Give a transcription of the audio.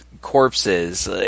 corpses